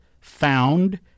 found